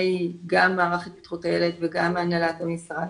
גם מערך התפתחות הילד וגם הנהלת המשרד,